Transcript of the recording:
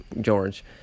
George